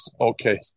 Okay